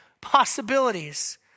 possibilities